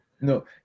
No